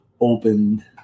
opened